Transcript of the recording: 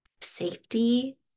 safety